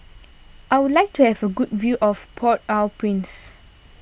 I would like to have a good view of Port Au Prince